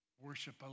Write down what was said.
worship